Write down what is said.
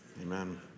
amen